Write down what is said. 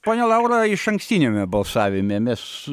ponia laura išankstiniame balsavime mes